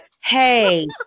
hey